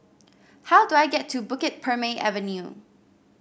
how do I get to Bukit Purmei Avenue